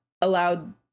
allowed